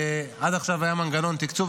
עד עכשיו היה מנגנון תקצוב,